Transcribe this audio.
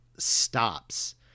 stops